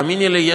תאמיני לי,